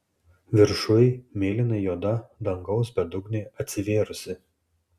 viršuj mėlynai juoda dangaus bedugnė atsivėrusi